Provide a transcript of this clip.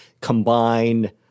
combine